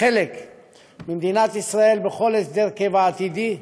כחלק ממדינת ישראל בכל הסדר קבע עתידי,